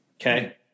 okay